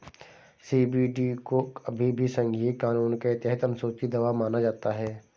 CBD को अभी भी संघीय कानून के तहत अनुसूची दवा माना जाता है